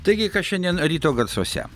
taigi kas šiandien ryto garsuose